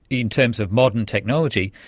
in terms of modern technology,